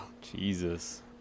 Jesus